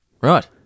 right